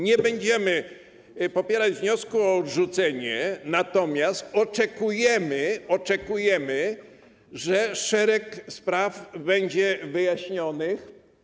Nie będziemy popierać wniosku o odrzucenie, natomiast oczekujemy, że szereg spraw będzie wyjaśnionych.